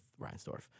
Reinsdorf